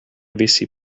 avesse